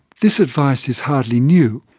this advice is hardly new.